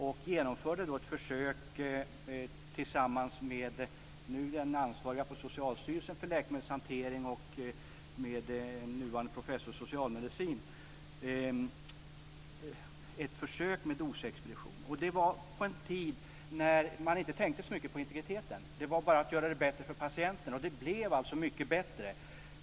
Jag genomförde då ett försök med dosexpedition tillsammans med den nu för läkemedelshanteringen ansvarige på Socialstyrelsen, numera professor i socialmedicin. Detta skedde under en tid när man inte tänkte så mycket på integriteten. Det gällde bara att göra det bättre för patienterna. Det blev också mycket bättre.